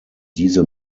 diese